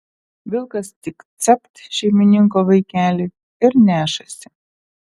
vilkas tik capt šeimininko vaikelį ir nešasi